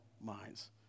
minds